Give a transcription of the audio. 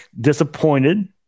disappointed